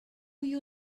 you